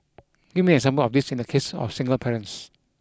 give me an example of this in the case of single parents